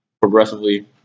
progressively